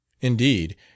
Indeed